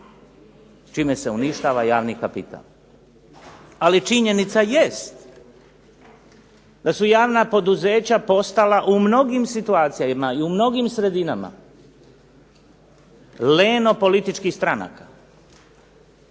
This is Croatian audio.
čime se uništava javni kapital. Ali činjenica jest da su javna poduzeća postala u mnogim situacijama i u mnogim sredinama leno političkih stranaka